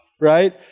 Right